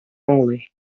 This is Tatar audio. аңлый